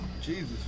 Jesus